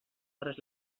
hores